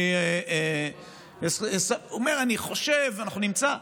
הוא אומר: אני חושב, אנחנו נמצא.